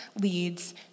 leads